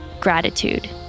gratitude